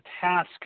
task